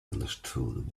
understood